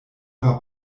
war